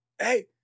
hey